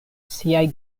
siaj